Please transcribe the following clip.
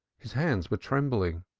his hands were trembling.